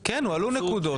כן הועלו נקודות.